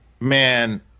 man